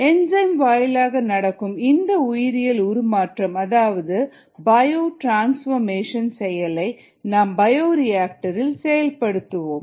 enzyme வாயிலாக நடக்கும் இந்த உயிரியல் உருமாற்றம் அதாவது பயோ ட்ரான்ஸ்போர்மேஷன் செயலை நாம் பயோரியாக்டரில் செயல்படுத்துவோம்